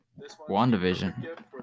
WandaVision